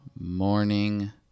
morning